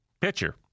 Pitcher